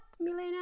Milena